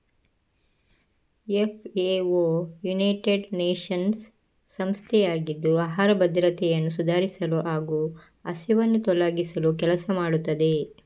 FAO United Nations ಸಂಸ್ಥೆಯಾಗಿದ್ದು ಆಹಾರ ಭದ್ರತೆಯನ್ನು ಸುಧಾರಿಸಲು ಹಾಗೂ ಹಸಿವನ್ನು ತೊಲಗಿಸಲು ಕೆಲಸ ಮಾಡುತ್ತದೆ